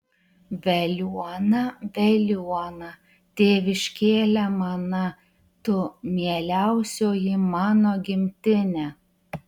veliuona veliuona tėviškėle mana tu mieliausioji mano gimtine